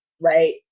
right